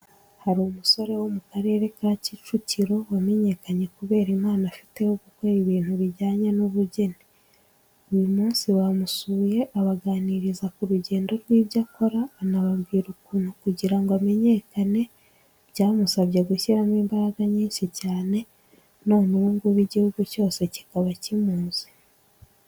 Hari umusore wo mu Karere ka Kicukiro wamenyekanye kubera impano afite yo gukora ibintu bijyanye n'ubugeni. Uyu munsi bamusuye abaganiriza ku rugendo rw'ibyo akora, anababwira ukuntu kugira ngo amenyekane byamusabye gushyiramo imbaraga nyinshi cyane, none ubu igihugu cyose kikaba kimuzi.